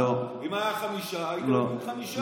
אם היו חמישה, הייתם מביאים חמישה.